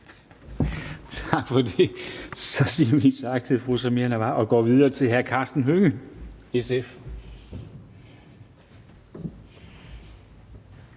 Kristensen): Så siger vi tak til fru Samira Nawa og går videre til hr. Karsten Hønge, SF.